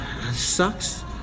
sucks